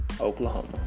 Oklahoma